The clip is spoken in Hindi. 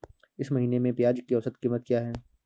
इस महीने में प्याज की औसत कीमत क्या है?